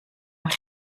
mijn